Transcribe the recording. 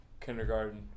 kindergarten